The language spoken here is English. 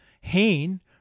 Hain